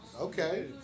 Okay